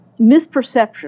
misperception